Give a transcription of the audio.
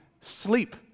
sleep